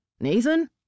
Nathan